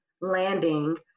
landing